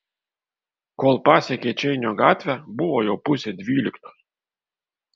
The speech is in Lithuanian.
kol pasiekė čeinio gatvę buvo jau pusė dvyliktos